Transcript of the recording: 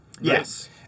Yes